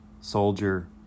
soldier